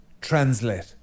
Translate